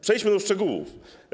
Przejdźmy do szczegółów.